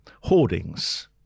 hoardings